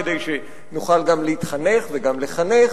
כדי שנוכל גם להתחנך וגם לחנך,